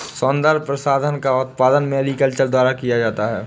सौन्दर्य प्रसाधन का उत्पादन मैरीकल्चर द्वारा किया जाता है